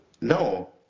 No